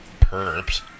perps